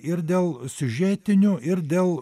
ir dėl siužetinių ir dėl